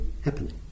happening